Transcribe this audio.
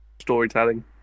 storytelling